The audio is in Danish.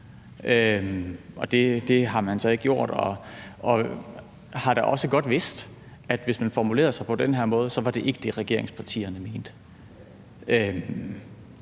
Det har man så ikke gjort, men har man har da også godt vidst, at hvis man formulerede sig på den her måde, så var det ikke det, regeringspartierne mente.